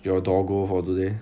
your doggo for today